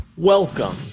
Welcome